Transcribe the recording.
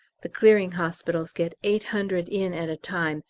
the clearing hospitals get eight hundred in at a time,